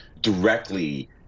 directly